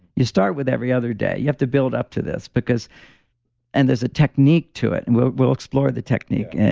you start with every other day. you have to build up to this and there's a technique to it and we'll we'll explore the technique.